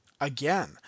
again